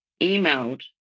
emailed